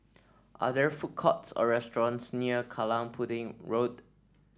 are there food courts or restaurants near Kallang Pudding Road